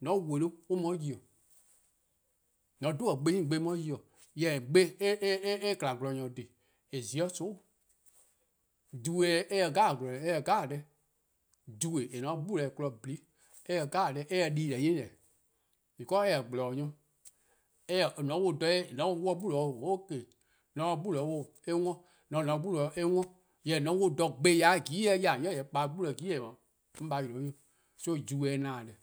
:mor :on wele-uh an mu 'de :yi, :mor :on 'dhu-dih gbe 'nyne eh mu 'de :yi. Jorwor:, gbe eh :kma :gwlor :dhih eh :zio' :soon'. Jibe' eh :se deh 'jeh. Jibe' :eh :ne-a 'de 'gbu eh kpon-a :bhoehn' eh :se deh 'jeh eh :se dii-deh: 'nyi-deh: because eh-' gble-dih: nyor. :mor :on 'wluh 'de 'gbu 'o 'ok: :mor :on se 'de 'gbu wluh 'o eh wor :mor :on :ne 'de 'gbu-: eh worn. Jorwor: :mor :on 'wluh :dha, gbe-a ya 'de :jini eh ya-dih on 'i :yee' eh kpa 'de 'gbu jini' de, :yee' eh 'da 'on :baa' yi-' 'de. so jibe :se :na-dih deh